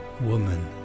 woman